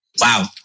Wow